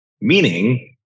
Meaning